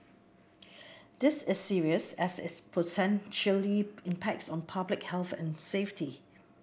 this is serious as it potentially impacts on public health and safety